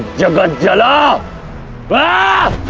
but jala but